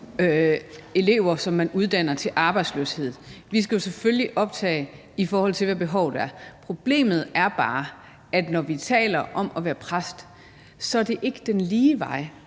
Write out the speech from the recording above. elever, som man uddanner til arbejdsløshed. Vi skal jo selvfølgelig optage, i forhold til hvad behovet er. Problemet er bare, at når vi taler om at være præst, er det ikke den lige vej,